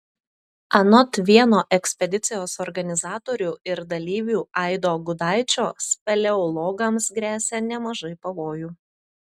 anot vieno ekspedicijos organizatorių ir dalyvių aido gudaičio speleologams gresia nemažai pavojų